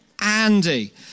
Andy